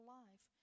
life